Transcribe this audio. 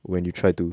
when you try to